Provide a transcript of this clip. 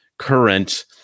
current